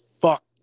fuck